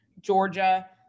Georgia